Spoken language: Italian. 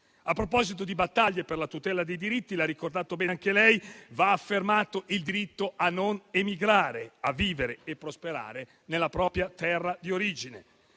A proposito di battaglie per la tutela dei diritti, come ha ricordato bene anche lei, va affermato il diritto a non emigrare, a vivere e prosperare nella propria terra di origine.